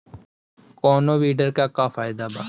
कौनो वीडर के का फायदा बा?